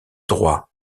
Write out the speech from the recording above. droit